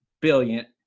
brilliant